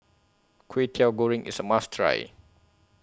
Kway Teow Goreng IS A must Try